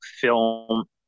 film